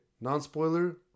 non-spoiler